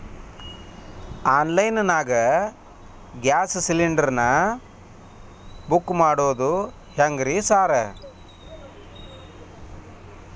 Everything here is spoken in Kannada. ಆನ್ಲೈನ್ ನಾಗ ಗ್ಯಾಸ್ ಸಿಲಿಂಡರ್ ನಾ ಬುಕ್ ಮಾಡೋದ್ ಹೆಂಗ್ರಿ ಸಾರ್?